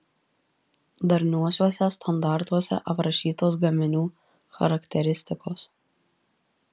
darniuosiuose standartuose aprašytos gaminių charakteristikos